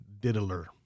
Diddler